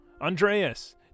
Andreas